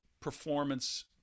performance